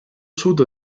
sud